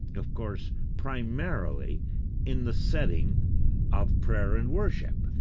of course, primarily in the setting of prayer and worship.